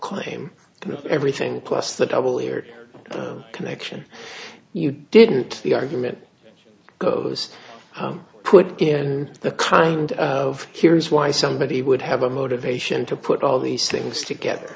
that everything plus the double ear connection you didn't the argument goes put in the kind of here's why somebody would have a motivation to put all these things together